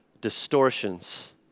distortions